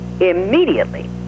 immediately